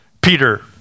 Peter